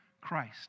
Christ